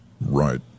right